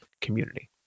Community